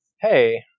Hey